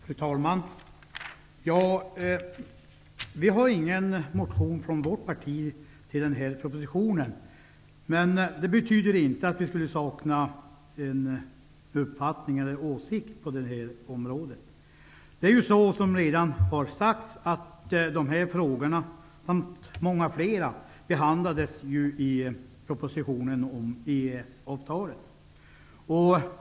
Fru talman! Vänsterpartiet har inte väckt någon motion med anledning av den här propositionen, men det betyder inte att vi saknar åsikter på det här området. Som redan har sagts behandlades de här frågorna, liksom många andra, i propositionen om EES-avtalet.